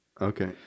Okay